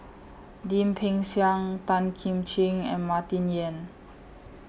Lim Peng Siang Tan Kim Ching and Martin Yan